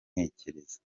nitegereza